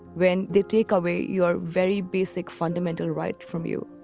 when they take away your very basic, fundamental right from you